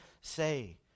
say